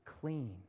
clean